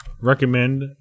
recommend